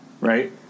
Right